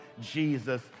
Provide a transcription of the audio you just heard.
Jesus